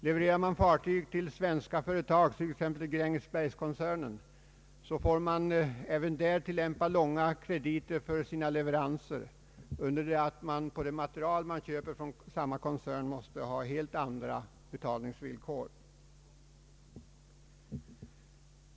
Levererar man fartyg till svenska företag, t.ex. Grängesbergskoncernen, får man även där tillämpa långa krediter för sina leveranser under det att man för det material man köper från samma koncern måste ha helt andra betalningsvillkor.